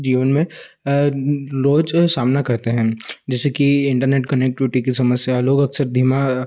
जीवन में रोज़ सामना करते हैं जैसे कि इंटरनेट कनेक्टिविटी की समस्या लोग अक्सर दिमा